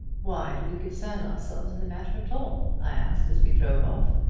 why do we concern ourselves in the matter at all? i asked as we drove off.